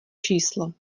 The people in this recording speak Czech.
číslo